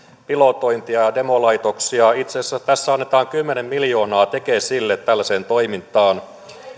pilotointia ja demolaitoksia itse asiassa tässä annetaan kymmenen miljoonaa tekesille tällaiseen toimintaan